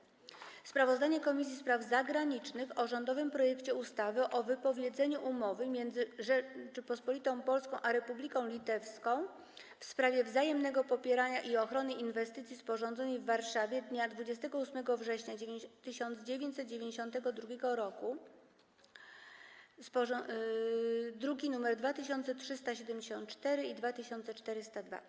34. Sprawozdanie Komisji Spraw Zagranicznych o rządowym projekcie ustawy o wypowiedzeniu Umowy między Rzecząpospolitą Polską a Republiką Litewską w sprawie wzajemnego popierania i ochrony inwestycji, sporządzonej w Warszawie dnia 28 września 1992 r. (druki nr 2374 i 2402)